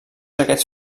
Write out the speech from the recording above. aquests